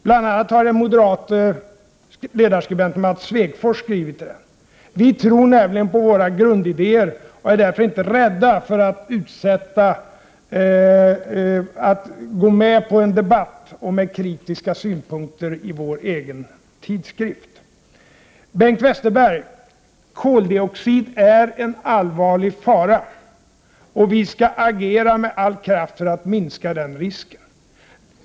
Bl.a. har den moderate ledarskribenten Mats Svegfors skrivit: Vi tror på våra grundidéer och är därför inte rädda för att gå med på en debatt, med kritiska synpunkter, i vår egen tidskrift. Bengt Westerberg: Koldioxid är en allvarlig fara, och vi skall agera med all kraft för att minska riskerna.